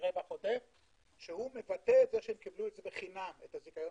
יש פה רווח עודף שמבטא את זה שהם קיבלו את הזיכיון